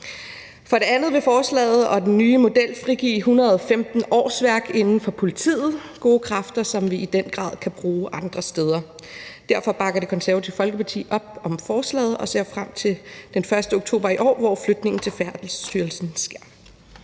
For det andet vil forslaget og den nye model frigive 115 årsværk inden for politiet – gode kræfter, som vi i den grad kan bruge andre steder. Derfor bakker Det Konservative Folkeparti op om forslaget og ser frem til den 1. oktober i år, hvor flytningen til Færdselsstyrelsen sker.